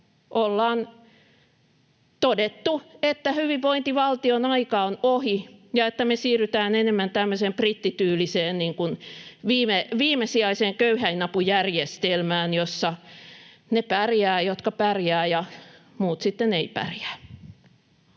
ollaan todettu, että hyvinvointivaltion aika on ohi ja että me siirrytään enemmän tämmöiseen brittityyliseen viimesijaiseen köyhäinapujärjestelmään, jossa ne pärjäävät, jotka pärjäävät, ja muut sitten eivät pärjää.